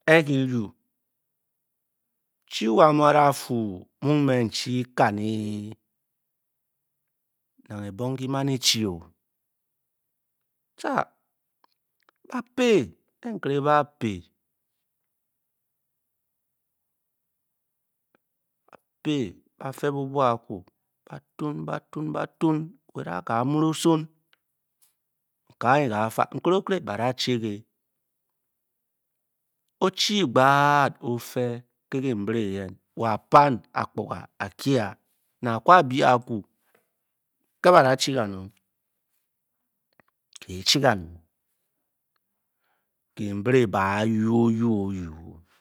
E'kyi ryu chi wa mu a'dafut muug n-chi kau e, nang ebong kyi mán e-chi-o tcha ba’ pie ke nkéré mu ba pie bafe bubwok aku bafun weather ka’ múrúsúm nke anyi káfá nkure-okere ba’ da check e o-chi agba'at ófe kekiibre eyen wa pán akpuga a'kyáá na a'ku bi-aaaaku ke ba da-chi kanng, kiichi kanong kiibre ba yu-o-o'yu